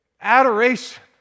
adoration